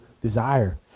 desire